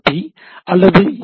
B அல்லது ஏ